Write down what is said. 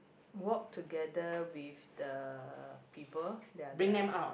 walk together with the people they're they're